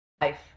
life